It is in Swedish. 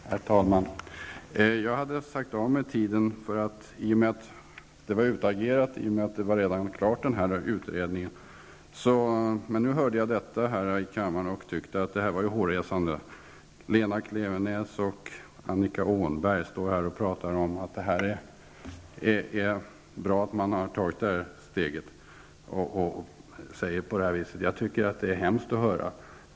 Herr talman! Jag hade strukit mig från talarlistan eftersom detta ärende var utagerat i och med att denna utredning var klar. Men jag tyckte att det som har sagts här är hårresande, och därför begärde jag ordet. Lena Klevenås och Annika Åhnberg står här och talar om att det är bra att detta steg har tagits. Jag tycker att detta är hemskt att höra.